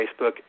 Facebook